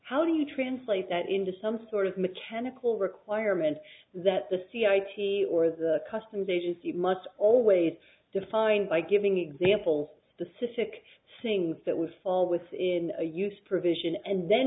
how do you translate that into some sort of mechanical requirement that the c i t or the customs agency must always be defined by giving examples specific sings that would fall within a use provision and then